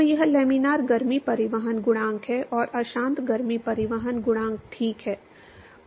तो यह लैमिनार गर्मी परिवहन गुणांक है और अशांत गर्मी परिवहन गुणांक ठीक है